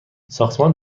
ساختمان